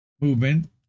movement